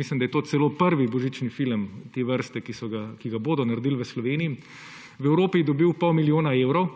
mislim, da je to celo prvi božični film te vrste, ki ga bodo naredili v Sloveniji, v Evropi je dobil pol milijona evrov,